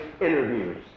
interviews